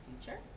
future